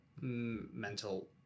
mental